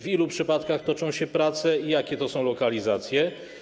W ilu przypadkach toczą się prace i jakie to są lokalizacje?